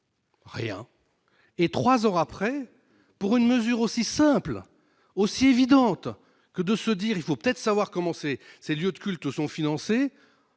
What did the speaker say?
Rien, et 3 heures après pour une mesure aussi simple, aussi évidente que de se dire : il faut peut-être savoir comment ces ces lieux de culte sont financés